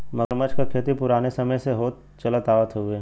मगरमच्छ क खेती पुराने समय से होत चलत आवत हउवे